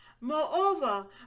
Moreover